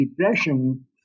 Depression